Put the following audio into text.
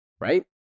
Right